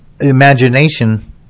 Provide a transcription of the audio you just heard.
imagination